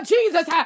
Jesus